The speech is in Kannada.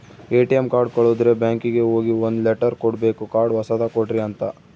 ಎ.ಟಿ.ಎಮ್ ಕಾರ್ಡ್ ಕಳುದ್ರೆ ಬ್ಯಾಂಕಿಗೆ ಹೋಗಿ ಒಂದ್ ಲೆಟರ್ ಕೊಡ್ಬೇಕು ಕಾರ್ಡ್ ಹೊಸದ ಕೊಡ್ರಿ ಅಂತ